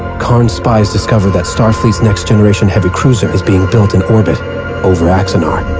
kharn's spies discovered that starfleet's next generation heavy cruiser, was being built in orbit over axanar.